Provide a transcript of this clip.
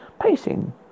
pacing